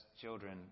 children